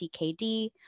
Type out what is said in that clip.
CKD